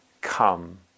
come